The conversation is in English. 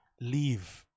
leave